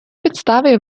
підставі